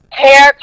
hair